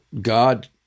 God